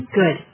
good